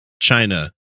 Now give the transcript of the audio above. China